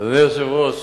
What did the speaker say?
אדוני היושב-ראש,